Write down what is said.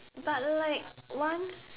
but like one